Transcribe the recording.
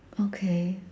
okay